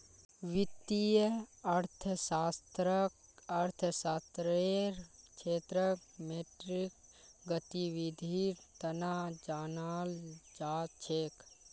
वित्तीय अर्थशास्त्ररक अर्थशास्त्ररेर क्षेत्रत मौद्रिक गतिविधीर तना जानाल जा छेक